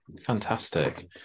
fantastic